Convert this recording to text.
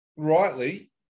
rightly